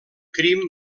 crim